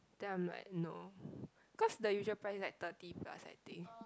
then I'm like no cause the usual price like thirty plus I think